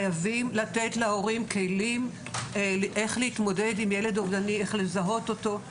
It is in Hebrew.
חייבים לתת להורים כלים להתמודדות עם ילד אובדני ואיך לזהות אותו.